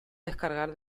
descargar